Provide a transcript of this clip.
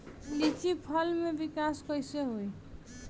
लीची फल में विकास कइसे होई?